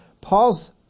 Paul's